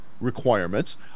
requirements